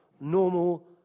normal